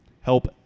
help